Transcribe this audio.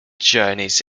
journeys